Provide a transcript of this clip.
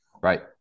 Right